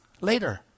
later